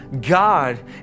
God